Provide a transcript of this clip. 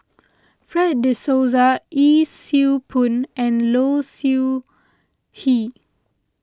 Fred De Souza Yee Siew Pun and Low Siew Nghee